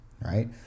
right